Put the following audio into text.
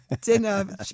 dinner